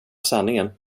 sanningen